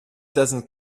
doesn’t